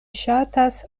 ŝatas